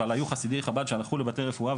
אבל היו חסידי חב"ד שהלכו לבתי רפואה.